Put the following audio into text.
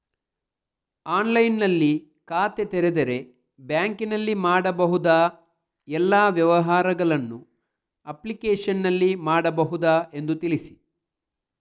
ಆನ್ಲೈನ್ನಲ್ಲಿ ಖಾತೆ ತೆರೆದರೆ ಬ್ಯಾಂಕಿನಲ್ಲಿ ಮಾಡಬಹುದಾ ಎಲ್ಲ ವ್ಯವಹಾರಗಳನ್ನು ಅಪ್ಲಿಕೇಶನ್ನಲ್ಲಿ ಮಾಡಬಹುದಾ ಎಂದು ತಿಳಿಸಿ?